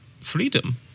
freedom